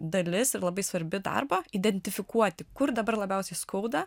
dalis ir labai svarbi darbo identifikuoti kur dabar labiausiai skauda